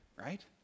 right